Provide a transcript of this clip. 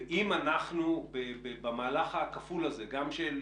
ואם אנחנו, במהלך הכפול הזה גם של